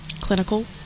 clinical